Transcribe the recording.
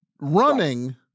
running